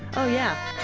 oh yeah,